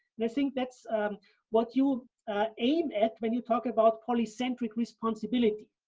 and i think that's what you aim at when you talk about polycentric responsibility.